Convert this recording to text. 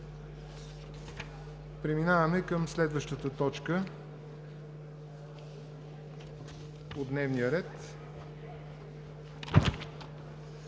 Преминаваме към следващата точка от дневния ред: